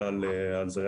הכול טוב.